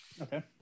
okay